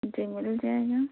جی مل جائے گا